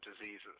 diseases